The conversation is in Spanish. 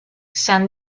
san